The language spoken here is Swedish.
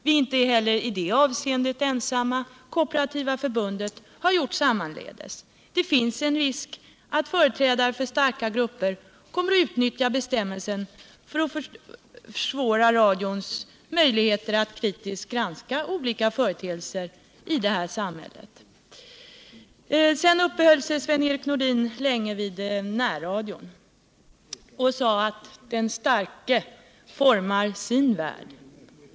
Vi är i det avseendet inte heller ensamma — Kooperativa förbundet har gjort sammaledes. Det finns en risk för att företrädare för starka grupper kommer att utnyttja bestämmelsen för att försvåra radions möjligheter att kritiskt granska olika företeelser i det här samhället. Vidare uppehöll sig Sven-Erik Nordin länge vid närradion och sade att den starke formar sin värld.